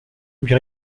lui